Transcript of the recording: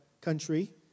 country